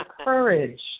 courage